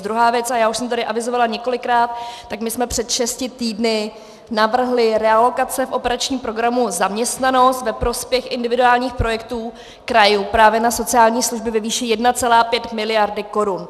Druhá věc, a já už jsem tady avizovala několikrát, tak my jsme před šesti týdny navrhli relokace v operačním programu Zaměstnanost ve prospěch individuálních projektů krajů právě na sociální služby ve výši 1,5 mld. korun.